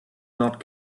not